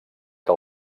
que